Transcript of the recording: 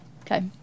Okay